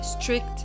strict